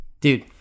dude